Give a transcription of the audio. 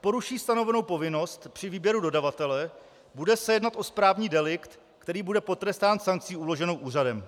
poruší stanovenou povinnost při výběru dodavatele, bude se jednat o správní delikt, který bude potrestán sankcí uloženou úřadem.